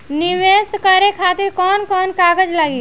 नीवेश करे खातिर कवन कवन कागज लागि?